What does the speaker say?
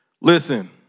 Listen